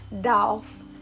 Dolph